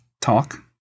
talk